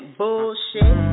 bullshit